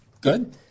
Good